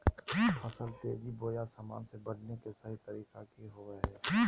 फसल तेजी बोया सामान्य से बढने के सहि तरीका कि होवय हैय?